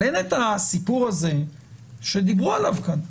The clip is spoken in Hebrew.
אבל אין הסיפור הזה שדיברו עליו כאן.